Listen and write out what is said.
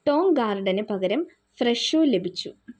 Tong ഗാർഡന് പകരം ഫ്രെഷോ ലഭിച്ചു